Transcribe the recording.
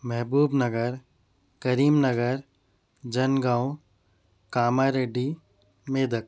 Mehboob Nagar Karimnagar Jangaon Kamareddy Medak